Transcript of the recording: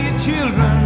Children